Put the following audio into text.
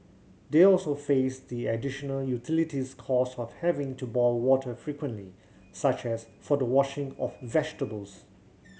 they also faced the additional utilities cost of having to boil water frequently such as for the washing of vegetables